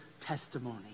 testimony